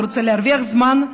הוא רוצה להרוויח זמן.